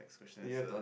next question sir